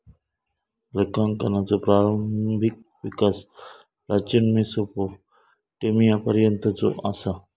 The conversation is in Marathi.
लेखांकनाचो प्रारंभिक विकास प्राचीन मेसोपोटेमियापर्यंतचो असा